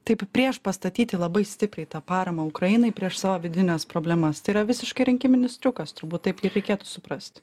taip prieš pastatyti labai stipriai tą paramą ukrainai prieš savo vidines problemas tai yra visiškai rinkiminis triukas turbūt taip reikėtų suprast